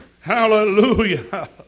Hallelujah